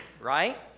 right